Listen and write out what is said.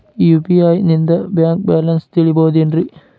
UPI ನಿಂದ bank balance ತಿಳಿಬಹುದೇನ್ರಿ?